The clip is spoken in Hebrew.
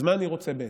אז מה אני רוצה בעצם?